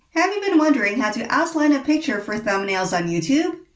have you been wondering how to outline a picture for thumbnails on youtube.